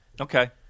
Okay